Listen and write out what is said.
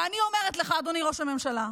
ואני אומרת לך, אדוני ראש הממשלה,